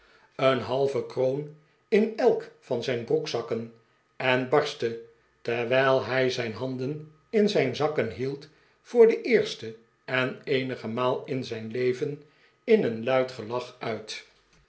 een halve de pickwick clu kroon in elk van zijn broekzakken en barstte terwijl hij zijn handen in zijn zakken hield voor de eerste en eenige maal in zijn leven in een luid gelach uit